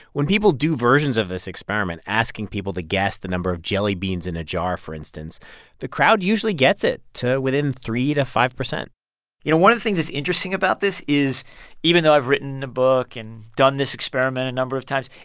when people do versions of this experiment asking people to guess the number of jelly beans in a jar, for instance the crowd usually gets it to within three to five percent you know, one of the things that's interesting about this is even though i've written a book and done this experiment a number of times,